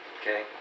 okay